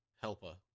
helper